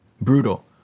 Brutal